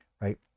right